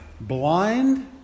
blind